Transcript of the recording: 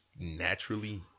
naturally